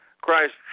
Christ